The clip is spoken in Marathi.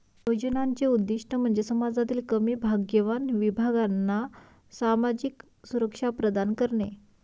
योजनांचे उद्दीष्ट म्हणजे समाजातील कमी भाग्यवान विभागांना सामाजिक सुरक्षा प्रदान करणे